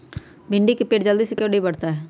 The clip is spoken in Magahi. भिंडी का पेड़ जल्दी क्यों नहीं बढ़ता हैं?